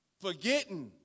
forgetting